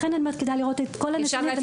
לכן, כדאי לראות את כל הנתונים.